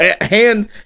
Hand